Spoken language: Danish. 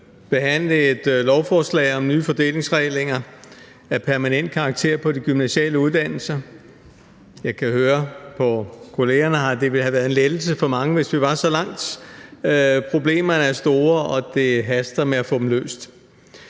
behandle et lovforslag om nye fordelingsregler af permanent karakter på de gymnasiale uddannelser. Jeg kan høre på kollegaerne her, at det for mange ville have været en lettelse, hvis vi var kommet så langt. Problemerne er store, og det haster med at få dem løst,